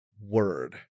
Word